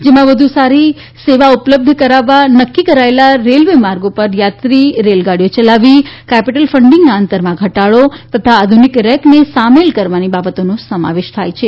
જેમાં વધુ સારી સેવા ઉપલબ્ધ કરાવવા નક્કી કરાયેલા રેલવે માર્ગો પર યાત્રી રેલગાડીઓ યલાવવી કેપિટલ ફંડિગના અંતરમાં ઘટાડો તથા આધુનિક રેકને સામેલ કરવાની બાબતોનો સમાવેશ થાય છે